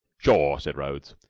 sure! said rhodes.